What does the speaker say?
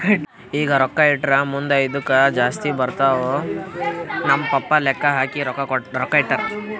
ಈಗ ರೊಕ್ಕಾ ಇಟ್ಟುರ್ ಮುಂದ್ ಇದ್ದುಕ್ ಜಾಸ್ತಿ ಬರ್ತಾವ್ ನಮ್ ಪಪ್ಪಾ ಲೆಕ್ಕಾ ಹಾಕಿ ರೊಕ್ಕಾ ಇಟ್ಟಾರ್